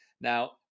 Now